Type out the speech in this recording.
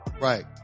Right